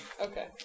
Okay